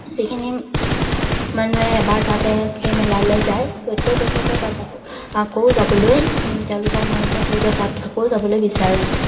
যিখিনি মানুহে এবাৰ তালৈ সেই মেলালৈ যায় প্ৰত্যেক বছৰতে তাত আকৌ আকৌ যাবলৈ তেওঁলোকৰ মন যায় তেওঁলোকে তাত আকৌ যাবলৈ বিচাৰে